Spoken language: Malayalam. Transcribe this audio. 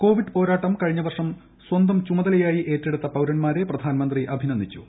കോവിഡ് പോരാട്ടം കഴിഞ്ഞ വർഷം സ്വന്തം ചുമതലയായി ഏറ്റെടുത്ത പൌരന്മാരെ പ്രധാനമന്ത്രി അഭ്ടിനന്ദിച്ചു